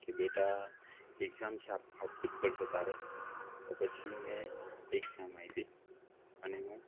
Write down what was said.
કે બેટા એક્ઝામ છે આપવી જ પડશે તારે તો પછી મેં એક્ઝામ આપી અને હું